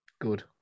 Good